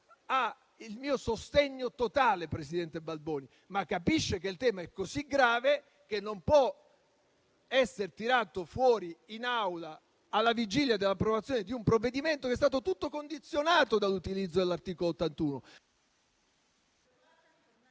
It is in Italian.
ha il mio sostegno totale, presidente Balboni, ma capisce che il tema è così grave che non può essere tirato fuori in Aula alla vigilia dell'approvazione di un provvedimento che è stato tutto condizionato dall'utilizzo del richiamo